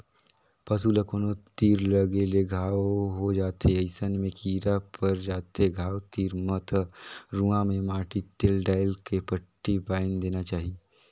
पसू ल कोनो तीर लगे ले घांव हो जाथे अइसन में कीरा पर जाथे घाव तीर म त रुआ में माटी तेल डायल के पट्टी बायन्ध देना चाही